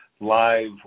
live